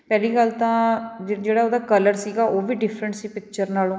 ਪਹਿਲੀ ਗੱਲ ਤਾਂ ਜਿਹੜਾ ਉਹਦਾ ਕਲਰ ਸੀਗਾ ਉਹ ਵੀ ਡਿਫਰੈਂਟ ਸੀ ਪਿਕਚਰ ਨਾਲੋਂ